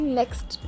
next